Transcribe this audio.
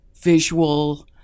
visual